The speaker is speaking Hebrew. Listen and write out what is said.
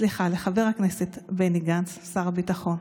סליחה, לחבר הכנסת בני גנץ, שר הביטחון,